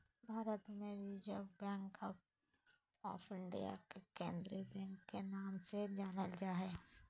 भारत मे reserve bank of India के केंद्रीय बैंक के नाम से जानल जा हय